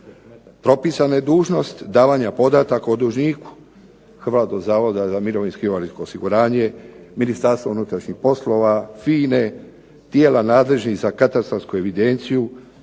Propisana je dužnost davanja podataka o dužniku, Hrvatskog zavoda za mirovinsko i invalidskog osiguranje, Ministarstva unutarnjih poslova, FINA-e, tijela nadležnih za katastarsku evidenciju,